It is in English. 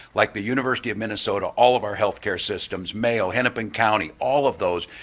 like the university of minnesota, all of our health care systems, mayo, hennepin county, all of those,